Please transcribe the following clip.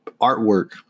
artwork